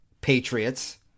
patriots